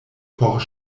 por